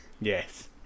Yes